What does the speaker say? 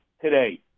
today